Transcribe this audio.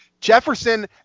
Jefferson